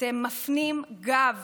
אתם מפנים גב